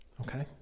Okay